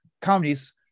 comedies